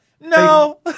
No